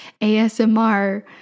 ASMR